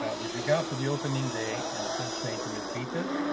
with regard to the opening day and the first train to milpitas,